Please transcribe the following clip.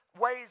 ways